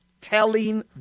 telling